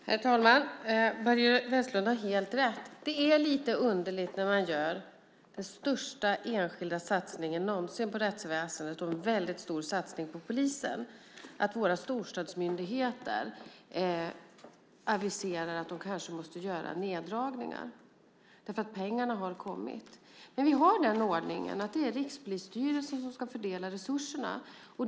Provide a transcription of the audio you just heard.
Herr talman! Börje Vestlund har helt rätt. Det är lite underligt när man gör den största enskilda satsningen någonsin på rättsväsendet och en väldigt stor satsning på polisen att våra storstadsmyndigheter aviserar att de kanske måste göra neddragningar därför att pengarna har kommit. Men vi har den ordningen att det är Rikspolisstyrelsen som ska fördela resurserna.